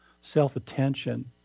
self-attention